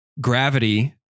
Gravity